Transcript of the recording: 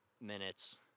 minutes